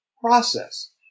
process